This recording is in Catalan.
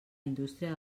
indústria